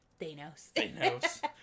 Thanos